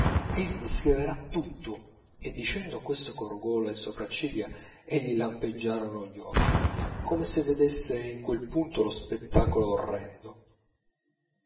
pipa egli descriverà tutto e dicendo questo corrugò le sopracciglia e gli lampeggiarono gli occhi come se vedesse in quel punto lo spettacolo orrendo